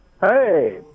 Hey